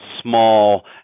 small